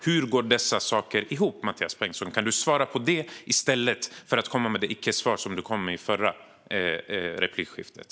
Hur går dessa saker ihop, Mathias Bengtsson? Kan du svara på det i stället för att komma med det icke-svar som du gav i det förra replikskiftet?